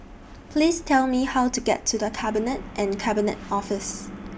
Please Tell Me How to get to The Cabinet and Cabinet Office